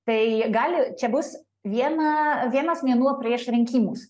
tai gali čia bus vieną vienas mėnuo prieš rinkimus